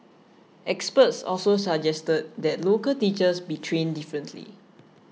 experts also suggested that local teachers be trained differently